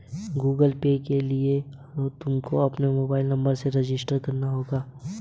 Google Pay के लिए तुमको अपने मोबाईल नंबर से रजिस्टर करना होगा